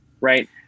right